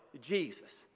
Jesus